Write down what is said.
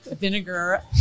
vinegar